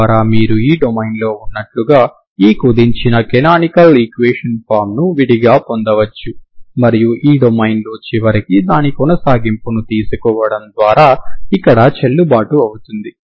తద్వారా మీరు ఈ డొమైన్లో ఉన్నట్లుగా ఈ కుదించిన కనానికల్ ఈక్వేషన్ ఫామ్ను విడిగా పొందవచ్చు మరియు ఈ డొమైన్లో చివరకు దాని కొనసాగింపును తీసుకోవడం ద్వారా ఇక్కడ చెల్లుబాటు అవుతుంది